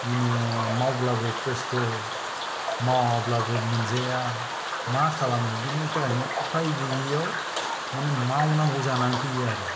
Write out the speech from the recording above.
माने माब्लाबो खस्थ' मावाब्लाबो मोनजाया मा खालामनो बिनि थाखायनो उपाय गैयिआव माने मावनांगौ जानानै फैयो आरो